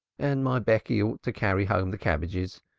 and my becky ought to carry home the cabbages.